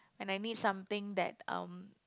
and I need something that um